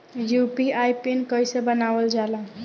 UPI PIN कइसे बनावल जाला?